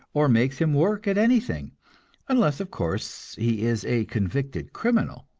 or makes him work at anything unless, of course, he is a convicted criminal.